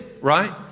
right